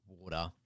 water